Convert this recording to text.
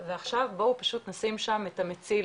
ועכשיו בואו פשוט נשים שם את המציל